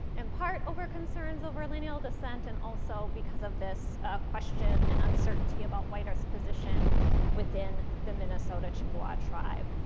in part over concerns over lineal descent and also because of this question and uncertainty about white earth's position within the minnesota chippewa tribe.